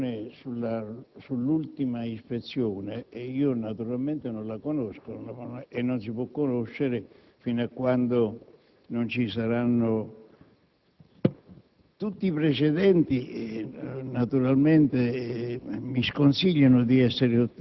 Ora dipende: questa ulteriore relazione sull'ultima ispezione naturalmente non la conosco e non si può conoscere fino a quando non saranno